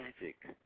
magic